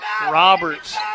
Roberts